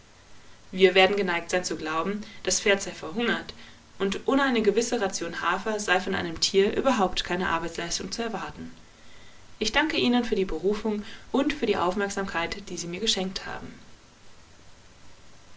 wir werden geneigt sein zu glauben das pferd sei verhungert und ohne eine gewisse ration hafer sei von einem tier überhaupt keine arbeitsleistung zu erwarten ich danke ihnen für die berufung und für die aufmerksamkeit die sie mir geschenkt haben